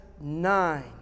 nine